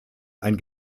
ein